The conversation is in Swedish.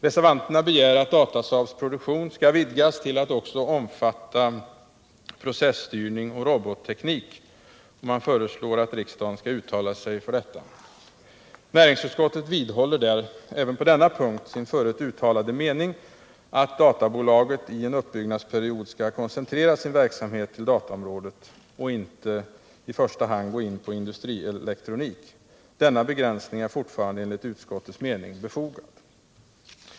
Reservanterna begär att Datasaabs produktion skall vidgas till att också innefatta processtyrning och robotteknik, och man föreslår att riksdagen skall uttala sig för detta. Näringsutskottet vidhåller även på denna punkt sin förut uttalade mening att databolaget i en uppbyggnadsperiod skall koncentrera sin verksamhet till dataområdet och inte gå in på industrielektronik. Denna begränsning är fortfarande enligt utskottets mening befogad.